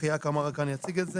אחיה קמארה כאן יציג את זה.